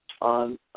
on